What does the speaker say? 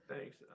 Thanks